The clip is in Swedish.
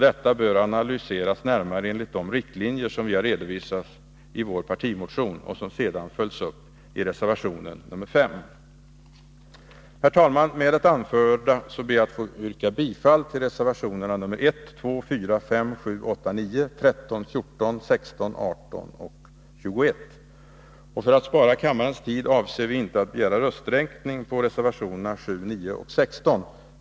Detta bör analyseras närmare enligt de riktlinjer som vi redovisar i vår partimotion och som sedan följs upp i reservation 5. Herr talman! Med det anförda ber jag att få yrka bifall till reservationerna 1, 2, 4, 5; 778, 9, 13, 14; 16, 18-och 21: För att spara kammarens tid avser vi inte att begära rösträkning på reservationerna 7, 9 och 16.